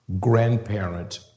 grandparent